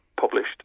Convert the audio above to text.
Published